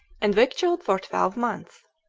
and victualled for twelve months.